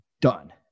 done